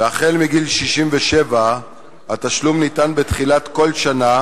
ומגיל 67 התשלום ניתן בתחילת כל שנה